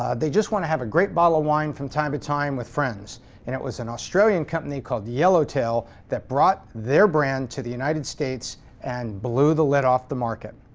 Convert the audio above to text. ah they just want to have a great bottle of wine from time to time with friends. and it was an australian company called the yellow tail that brought their brand to the united states and blew the lid off the market.